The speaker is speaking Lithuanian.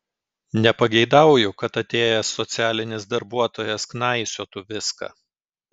nepageidauju kad atėjęs socialinis darbuotojas knaisiotų viską